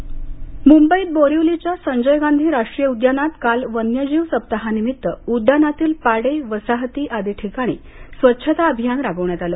वन्यजीव सप्ताह मुंबईत बोरिवलीच्या संजय गांधी राष्ट्रीय उद्यानात काल वन्यजीव सप्ताहानिमित्त उद्यानातील पाडे वसाहती आदी ठिकाणी स्वच्छता अभियान राबवण्यात आलं